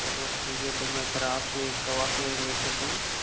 चलो ठीक है तो मैं फिर आप से कब आ कर मिल सकता हूँ